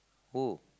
who